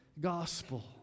gospel